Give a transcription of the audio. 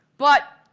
but,